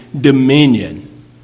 dominion